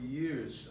years